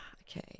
okay